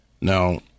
Now